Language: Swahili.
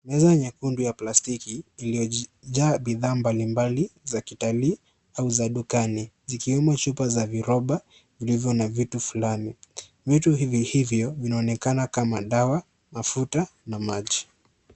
Meza nyekundu ya plastiki iliyojaa bidhaa mbalimbali za kitalii au za dukani zikiwemo chupa ya virobo vilivyo na vitu fulani, vitu hivi hivyo vinaonekana kama madawa mafuta na maji.